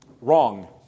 Wrong